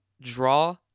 draw